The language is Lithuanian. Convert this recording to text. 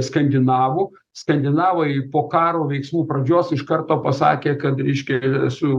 skandinavų skandinavai po karo veiksmų pradžios iš karto pasakė kad reiškia su